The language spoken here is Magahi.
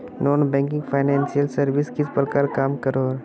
नॉन बैंकिंग फाइनेंशियल सर्विसेज किस प्रकार काम करोहो?